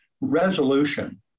resolution